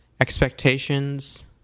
Expectations